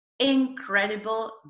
incredible